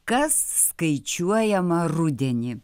kas skaičiuojama rudenį